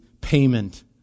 payment